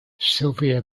silvia